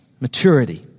Maturity